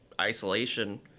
isolation